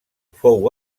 fou